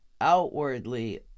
outwardly